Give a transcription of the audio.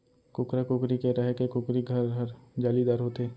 कुकरा, कुकरी के रहें के कुकरी घर हर जालीदार होथे